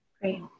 great